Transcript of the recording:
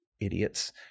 Idiots